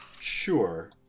Sure